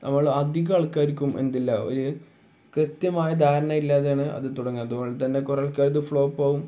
നമ്മൾ അധികം ആൾക്കാർക്കും എന്തില്ല ഒരു കൃത്യമായ ധാരണ ഇല്ലാതെയാണ് അത് തുടങ്ങി അതുപോലെ തന്നെ കുറേ ആൾക്കാരെത് ഫ്ലോപ്പ് ആവും